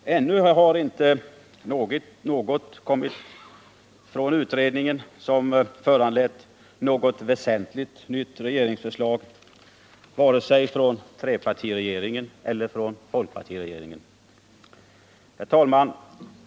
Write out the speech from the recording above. Men ännu har det inte kommit något från utredningen som föranlett något väsentligt nytt regeringsförslag, varken från trepartiregeringen eller folkpartiregeringen. Herr talman!